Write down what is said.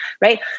right